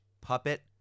puppet